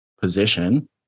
position